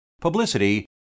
publicity